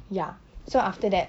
ya so after that